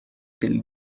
del